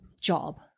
job